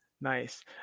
Nice